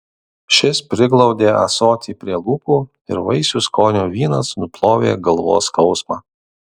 šis priglaudė ąsotį prie lūpų ir vaisių skonio vynas nuplovė galvos skausmą